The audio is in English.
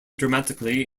dramatically